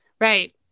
Right